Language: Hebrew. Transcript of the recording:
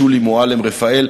שולי מועלם-רפאלי,